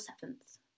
seventh